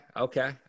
Okay